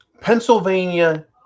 Pennsylvania